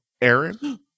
Aaron